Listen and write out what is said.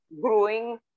growing